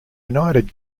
united